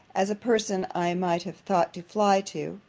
as a person i might have thought to fly to,